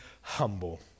humble